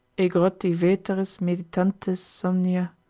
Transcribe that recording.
aegroti veteris meditantes somnia,